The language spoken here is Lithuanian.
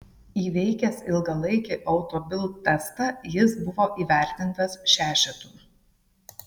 įveikęs ilgalaikį auto bild testą jis buvo įvertintas šešetu